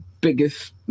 biggest